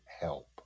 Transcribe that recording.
help